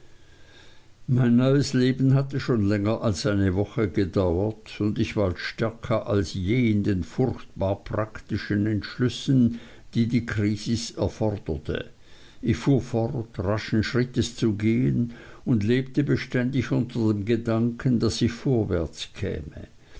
mein neues leben hatte schon länger als eine woche gedauert und ich war stärker als je in den furchtbar praktischen entschlüssen die die krisis erforderte ich fuhr fort raschen schrittes zu gehen und lebte beständig unter dem gedanken daß ich